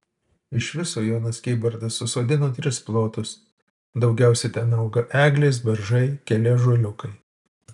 iš viso jonas kybartas užsodino tris plotus daugiausiai ten auga eglės beržai keli ąžuoliukai